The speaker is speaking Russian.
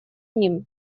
ним